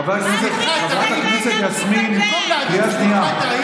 אתה כזה נמוך, במה אתה מתעסק?